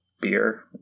beer